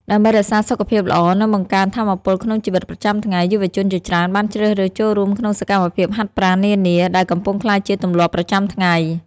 ដើម្បីរក្សាសុខភាពល្អ និងបង្កើនថាមពលក្នុងជីវិតប្រចាំថ្ងៃ យុវជនជាច្រើនបានជ្រើសរើសចូលរួមក្នុងសកម្មភាពហាត់ប្រាណនានា ដែលកំពុងក្លាយជាទម្លាប់ប្រចាំថ្ងៃ។